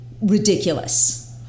ridiculous